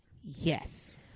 Yes